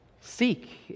Seek